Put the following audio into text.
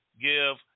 give